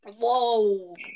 Whoa